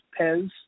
Pez